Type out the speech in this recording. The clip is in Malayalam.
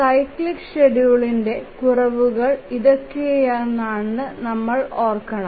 സൈക്ലിംഗ് ഷെഡ്യൂളിന്ടെ കുറവുകൾ ഇതൊക്കെയാണെന്നു നമ്മൾ ഓർക്കണം